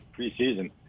preseason